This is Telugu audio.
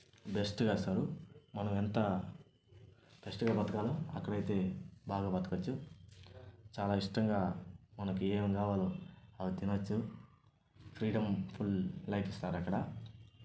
బెస్ట్గా ఇస్తారు మనం ఎంత బెస్ట్గా బతకాలో అక్కడైతే బాగా బతకవచ్చు చాలా ఇష్టంగా మనకు ఏమి కావాలో అవి తినొచ్చు ఫ్రీడం ఫుల్ లైఫ్ ఇస్తారు అక్కడ